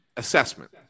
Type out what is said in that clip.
assessment